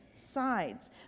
Sides